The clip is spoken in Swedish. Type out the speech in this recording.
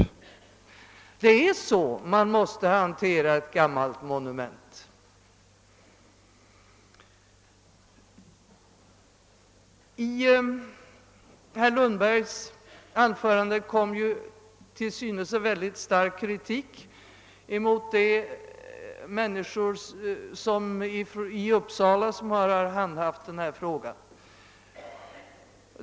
Det är så man måste hantera ett gammalt monument. I herr Lundbergs anförande kom ju till synes en mycket stark kritik mot de människor i Uppsala som har handhaft denna fråga.